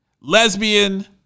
lesbian